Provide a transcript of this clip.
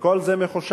וכל זה מחושב.